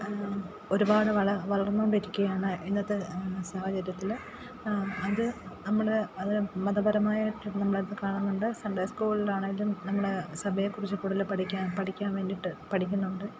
ഒരുപാട് വള വളർന്നുകൊണ്ടിരിക്കുകയാണ് ഇന്നത്തെ സാഹചര്യത്തിൽ അതു നമ്മൾ അതു മതപരമായിട്ട് നമ്മളത് കാണുന്നുണ്ട് സൺഡേ സ്കൂളിലാണെങ്കിലും നമ്മൾ സഭയെക്കുറിച്ച് കൂടുതൽ പഠിക്കാൻ പഠിക്കാൻ വേണ്ടിയിട്ട് പഠിക്കുന്നുണ്ട്